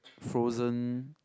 frozen